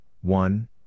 one